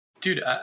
dude